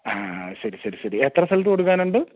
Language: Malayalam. ആ ശരി ശരി ശരി എത്ര സ്ഥലത്ത് കൊടുക്കാനുണ്ട്